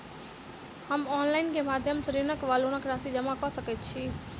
हम ऑनलाइन केँ माध्यम सँ ऋणक वा लोनक राशि जमा कऽ सकैत छी?